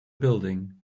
building